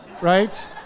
right